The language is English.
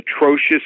atrocious